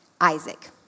Isaac